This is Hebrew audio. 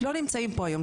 לא נמצאים פה היום,